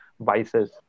vices